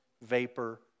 vapor